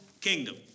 kingdom